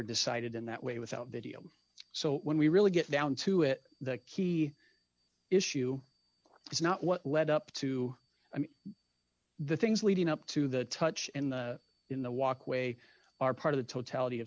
decided in that way without video so when we really get down to it that key issue is not what led up to the things leading up to the touch and in the walkway are part of the totality of